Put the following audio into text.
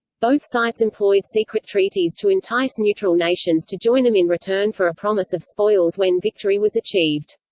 both sides employed secret treaties to entice neutral nations to join them in return for a promise of spoils when victory was achieved.